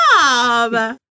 job